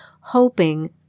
hoping